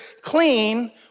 clean